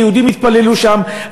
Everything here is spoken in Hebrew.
שיהודים התפללו שם,